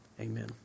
Amen